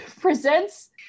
presents